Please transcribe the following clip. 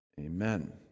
Amen